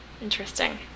Interesting